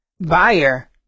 Buyer